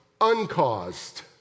uncaused